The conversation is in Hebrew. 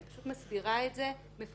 אני פשוט מסבירה את זה מפורשות.